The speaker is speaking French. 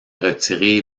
retirée